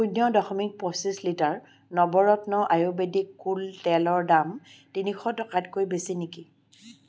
শূন্য দশমিক পঁচিছ লিটাৰ নৱৰত্ন আয়ুৰ্বেদিক কুল তেলৰ দাম তিনিশ টকাতকৈ বেছি নেকি